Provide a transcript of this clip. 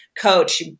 coach